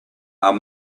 are